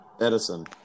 Edison